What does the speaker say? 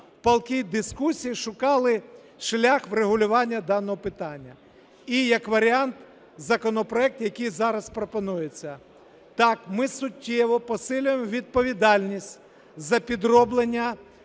палкій дискусії шукали шлях врегулювання даного питання. І як варіант – законопроект, який зараз пропонується. Так, ми суттєво посилюємо відповідальність за підроблення